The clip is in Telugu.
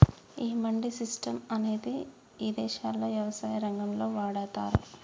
ఈ మండీ సిస్టం అనేది ఇదేశాల్లో యవసాయ రంగంలో వాడతాన్రు